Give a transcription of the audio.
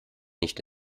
nicht